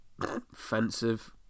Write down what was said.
offensive